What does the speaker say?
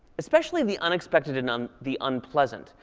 especially the unexpected and um the unpleasant.